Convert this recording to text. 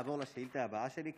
אפשר לעבור לשאילתה הבאה שלי?